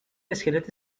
اسکلت